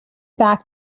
back